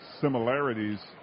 similarities